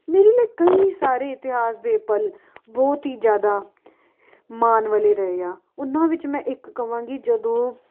ਮੇਰੇ ਲਈ ਕਈ ਸਾਰੇ ਇਤਿਹਾਸ ਦੇ ਪਲ ਬਹੁਤ ਹੀ ਜ਼ਿਆਦਾ ਮਾਣ ਵਾਲੇ ਰਹੇ ਆ ਉਹਨਾਂ ਵਿੱਚ ਮੈਂ ਇੱਕ ਕਹਾਂਗੀ ਜਦੋਂ